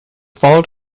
followed